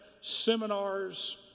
seminars